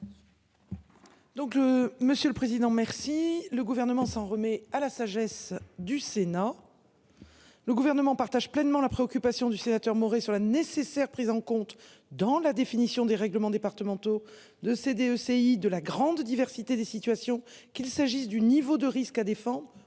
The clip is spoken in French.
Donc le monsieur le président. Merci le gouvernement s'en remet à la sagesse du Sénat. Le gouvernement partage pleinement la préoccupation du sénateur Maurey sur la nécessaire prise en compte dans la définition des règlements départementaux de céder ECI de la grande diversité des situations qu'il s'agisse du niveau de risque à défendre